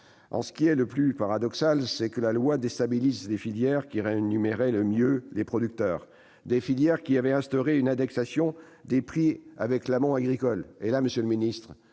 Et ce qui est le plus paradoxal, c'est que la loi déstabilise les filières qui rémunéraient le mieux les producteurs, des filières qui avaient instauré une indexation des prix avec l'amont agricole. Monsieur le ministre,